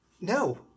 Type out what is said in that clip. No